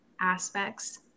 aspects